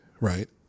right